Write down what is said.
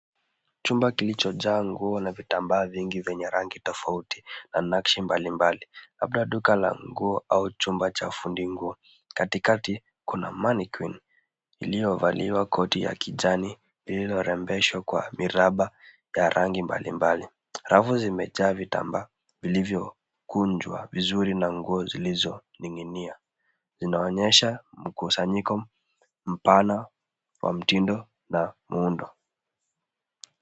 Chumba kilichojaa nguo na vitambaa vingi venye rangi tofauti na nakshi mbalimbali. Labda duka la nguo au chumba cha fundi nguo, katikati kuna mannequin iliyovalia koti ya kijani lililorembeshwa kwa miraba ya rangi mbalimbali, rafu zimejaa vitambaa vilivyokunjwa vizuri na nguo zilizoning'inia. Inaonyesha mkusanyiko mpana wa mtindo na muundo.